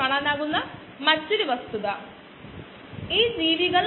rx μx ന് തുല്യമാണ്